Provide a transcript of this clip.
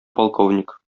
полковник